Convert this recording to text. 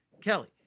Kelly